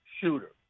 shooter